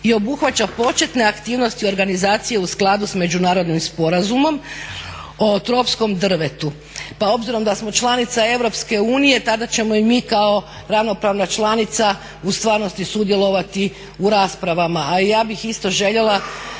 i obuhvaća početne aktivnosti organizacije u skladu s Međunarodnim sporazumom o tropskom drvetu. Pa obzirom da smo članica Europske unije tada ćemo i mi kao ravnopravna članica u stvarnosti sudjelovati u raspravama, a ja bih isto željela